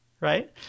right